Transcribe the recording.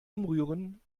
umrühren